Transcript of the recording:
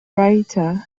writer